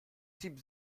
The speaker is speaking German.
sieb